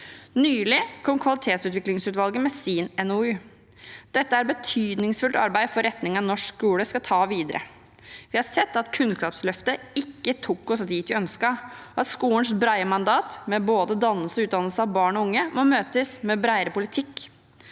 for kvalitetsutvikling med sin NOU. Dette er betydningsfullt arbeid for retningen norsk skole skal ta videre. Vi har sett at kunnskapsløftet ikke tok oss dit vi ønsket, og at skolens brede mandat med både dannelse og utdannelse av barn og unge må møtes med bredere politikk.